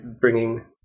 bringing